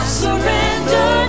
surrender